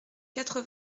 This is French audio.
quatre